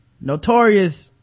notorious